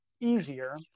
easier